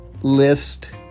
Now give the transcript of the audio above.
list